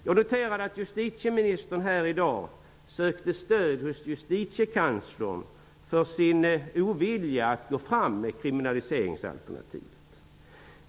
Jag noterade att justitieministern i dag sökte stöd hos justitiekanslern för sin ovilja att gå vidare med kriminaliseringsalternativet.